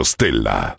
Stella